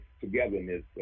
togetherness